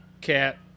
cat